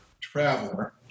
Traveler